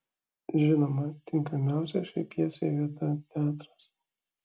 žinoma tinkamiausia šiai pjesei vieta teatras